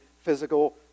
physical